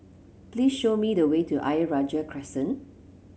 please show me the way to Ayer Rajah Crescent